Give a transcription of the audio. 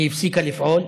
היא הפסיקה לפעול.